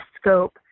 scope